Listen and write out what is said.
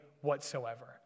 whatsoever